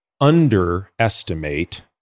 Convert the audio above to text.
underestimate